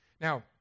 Now